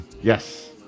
yes